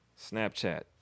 Snapchat